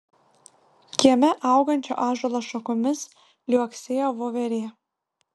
kieme augančio ąžuolo šakomis liuoksėjo voverė